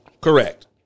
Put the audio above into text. Correct